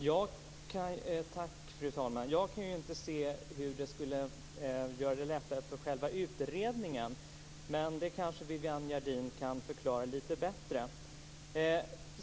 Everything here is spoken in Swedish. Fru talman! Jag kan inte se hur det skulle göra det lättare för själva utredningen. Men det kanske Viviann Gerdin kan förklara lite bättre.